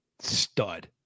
Stud